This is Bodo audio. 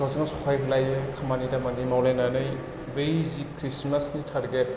गावजों गाव सहाय लायो खामानि दामानि मावलानानै बै जि खृसमासनि थारगेथ